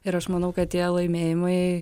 ir aš manau kad tie laimėjimai